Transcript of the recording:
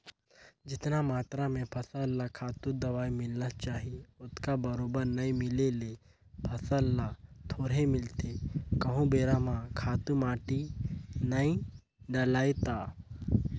जेतना मातरा में फसल ल खातू, दवई मिलना चाही ओतका बरोबर नइ मिले ले फसल ल थोरहें मिलथे कहूं बेरा म खातू माटी नइ डलय ता